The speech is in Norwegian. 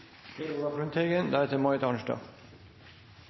Per Olaf Lundteigen